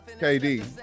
KD